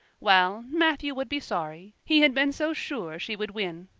well, matthew would be sorry he had been so sure she would win.